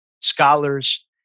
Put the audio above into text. scholars